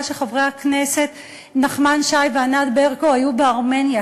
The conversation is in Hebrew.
שחברי הכנסת נחמן שי וענת ברקו היו בארמניה,